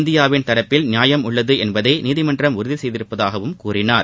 இந்தியாவின் தரப்பில் நியாயம் உள்ளது என்பதை நீதிமன்றம் உறுதி செய்திருப்பதாகவும் கூறினார்